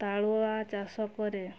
ତାଳୁଆ ଚାଷ କରେ